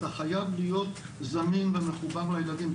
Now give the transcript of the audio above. אתה חייב להיות זמין ומחובר לילדים,